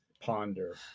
ponder